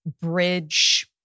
bridge